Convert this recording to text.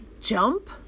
jump